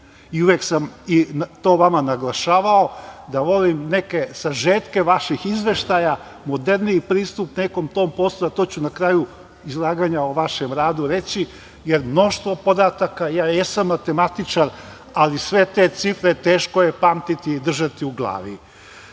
i uvek sam to vama naglašavao, da volim neke sažetke vaših izveštaja, moderniji pristup tom poslu. To ću na kraju izlaganja o vašem radu reći, jer mnoštvo podataka, ja jesam matematičar, ali sve te cifre teško je pamtiti i držati u glavi. Ja